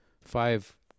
five